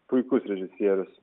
puikus režisierius